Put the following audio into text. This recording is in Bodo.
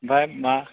ओमफाय मा